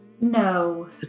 No